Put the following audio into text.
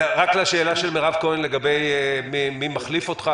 רק לשאלה של מירב כהן לגבי מי מחליף אותך,